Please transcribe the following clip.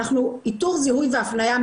איתור זיהוי והפנייה,